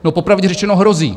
No, popravdě řečeno, hrozí.